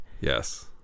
Yes